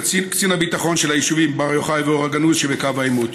קצין הביטחון של היישובים בר יוחאי ואור הגנוז שבקו העימות.